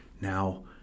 now